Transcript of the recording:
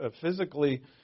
physically